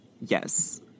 Yes